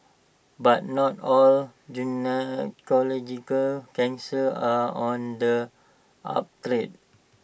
but not all gynaecological cancers are on the uptrend